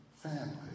Family